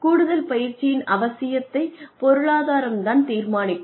கூடுதல் பயிற்சியின் அவசியத்தை பொருளாதாரம் தான் தீர்மானிக்கும்